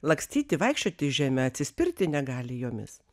lakstyti vaikščioti žeme atsispirti negali jomis